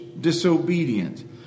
disobedient